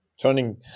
Turning